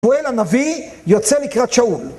שמואל הנביא יוצא לקראת שאול